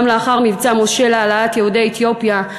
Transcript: גם לאחר "מבצע משה" להעלאת יהודי אתיופיה,